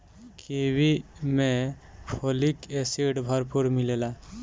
kiwi में folic acid भरपूर मिलेला